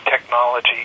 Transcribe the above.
technology